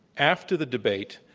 after the debate,